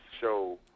show